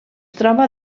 troba